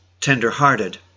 tender-hearted